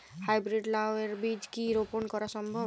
High breed লাও এর বীজ কি রোপন করা সম্ভব?